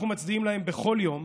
אנחנו מצדיעים להם בכל יום,